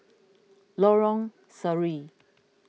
Lorong Sari